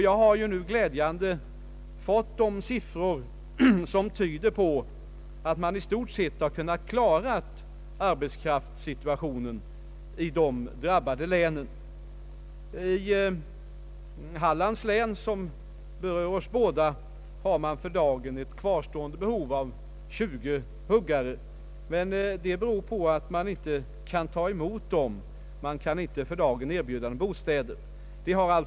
Jag har nu glädjande nog fått siffror som tyder på att man i stort sett kunnat klara arbetskraftssituationen i de drabbade länen. I Hallands län, som berör oss båda, har man för dagen ett kvarstående behov av 20 huggare, men det beror på att man inte kan ta emot dem till följd av brist på bostäder.